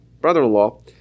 brother-in-law